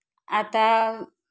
आता